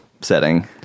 setting